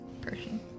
person